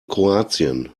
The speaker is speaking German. kroatien